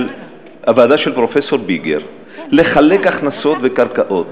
הוועדה של פרופסור ביגר לחלק הכנסות וקרקעות,